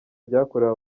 ryakorewe